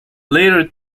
later